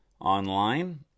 online